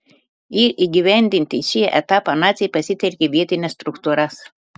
ir įgyvendinti šį etapą naciai pasitelkė vietines struktūras